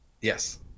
yes